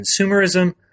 consumerism